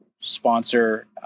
sponsor